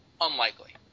unlikely